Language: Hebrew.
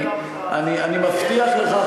אני מבטיח לך,